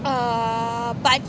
uh but